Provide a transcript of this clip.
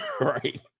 Right